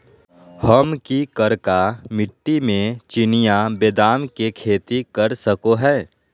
हम की करका मिट्टी में चिनिया बेदाम के खेती कर सको है?